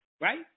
Right